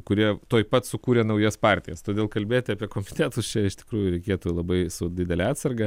kurie tuoj pat sukūrė naujas partijas todėl kalbėt apie komitetus čia iš tikrųjų reikėtų labai su didele atsarga